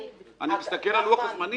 אני מסתכל על לוח הזמנים.